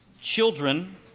Children